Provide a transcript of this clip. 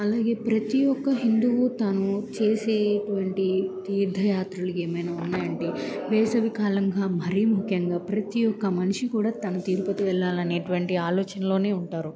అలాగే ప్రతి ఒక్క హిందువు తను చేసేటువంటి తీర్థయాత్రుల ఏమైనా ఉని అంటే వేసవికాలంగా మరీ ముఖ్యంగా ప్రతి ఒక్క మనిషి కూడా తను తిరుపతి వెళ్లాలి అనేటువంటి ఆలోచనలోనే ఉంటారు